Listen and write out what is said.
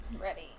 ready